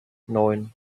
neun